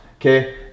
okay